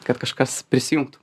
kad kažkas prisijungtų